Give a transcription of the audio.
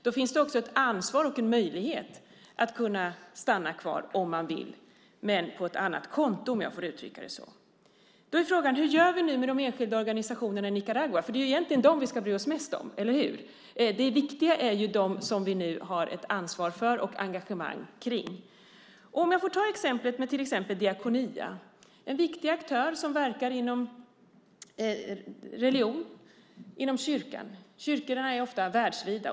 Då finns det också en möjlighet att stanna kvar om man vill men med pengar från ett annat konto. Då är frågan: Hur gör vi nu med de enskilda organisationerna i Nicaragua? Det är ju egentligen dem som vi ska bry oss mest om, eller hur? Det viktiga är de som vi nu har ett ansvar för och engagemang i. Till exempel är Diakonia en viktig aktör som verkar inom kyrkan. Kyrkorna är ofta världsvida.